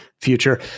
future